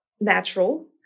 natural